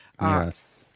Yes